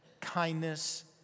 kindness